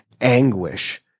anguish